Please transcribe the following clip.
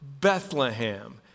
Bethlehem